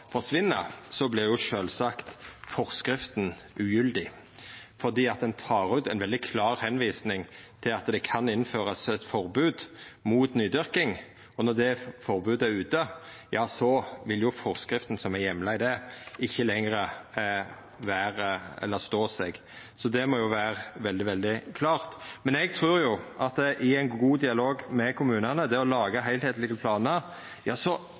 jo sjølvsagt forskrifta ugyldig fordi ein tek ut ei veldig klar tilvising til at det kan innførast eit forbod mot nydyrking. Når det forbodet er ute, ja, så vil jo forskrifta som heimlar det, ikkje lenger stå seg. Det må jo vera veldig, veldig klart. Eg trur at i ein god dialog med kommunane om å laga heilskaplege planar